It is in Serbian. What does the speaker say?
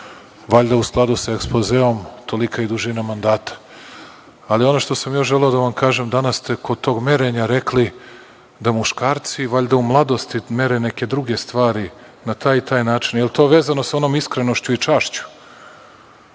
Valjda u skladu sa ekspozeom, tolika je i dužina mandata. Ali, ono što sam ja želeo da vam kažem, danas ste kod tog merenja rekli da muškarci valjda u mladosti mere neke druge stvari na taj i taj način. Da li je to vezano sa onom iskrenošću i čašću?